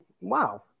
wow